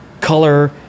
color